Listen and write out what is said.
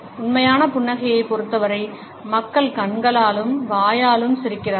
உண்மையான புன்னகையைப் பொறுத்தவரை மக்கள் கண்களாலும் வாயாலும் சிரிக்கிறார்கள்